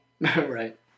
right